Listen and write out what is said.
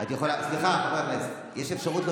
טוב שאתה קורא